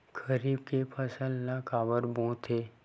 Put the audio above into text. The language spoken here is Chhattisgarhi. खरीफ के फसल ला काबर बोथे?